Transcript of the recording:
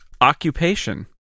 occupation